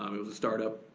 um it was a startup.